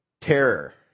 terror